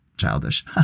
childish